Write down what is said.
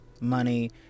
money